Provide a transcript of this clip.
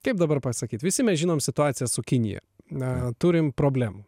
kaip dabar pasakyt visi mes žinom situaciją su kinija na turim problemų